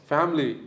Family